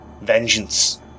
vengeance